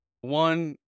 one